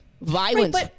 violence